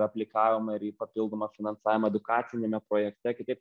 aplikavome ir į papildomą finansavimą edukaciniame projekte kitaip